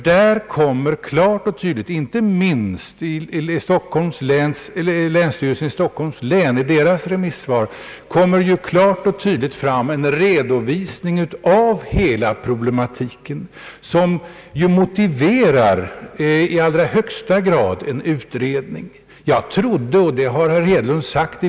Inte minst i remisssvaret från länsstyrelsen i Stockholms län redovisas klart och tydligt hela problematiken, som ju i allra högsta grad motiverar en utredning.